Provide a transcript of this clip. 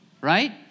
right